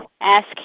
Ask